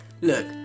Look